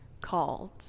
called